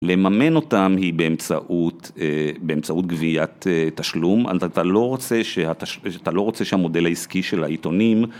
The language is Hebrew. לממן אותם היא באמצעות, באמצעות גביית תשלום, אז אתה לא רוצה ש... אתה לא רוצה שהמודל העסקי של העיתונים...